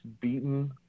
beaten